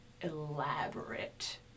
elaborate